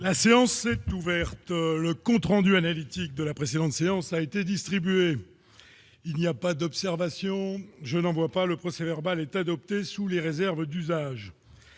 La séance est ouverte, le compte rendu analytique de la précédente séance a été distribué, il n'y a pas d'observation, je n'en vois pas le procès-verbal est adoptée sous les réserves d'usage,